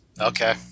Okay